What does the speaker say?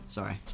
Sorry